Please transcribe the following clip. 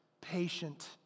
patient